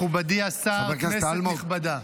מכובדי השר, כנסת נכבדה.